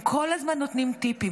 הם כל הזמן נותנים טיפים,